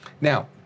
Now